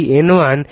E2N2